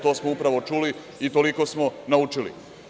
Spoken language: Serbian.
To smo upravo čuli i toliko smo naučili.